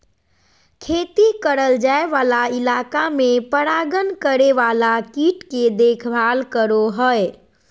खेती करल जाय वाला इलाका में परागण करे वाला कीट के देखभाल करो हइ